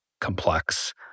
complex